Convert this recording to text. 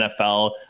NFL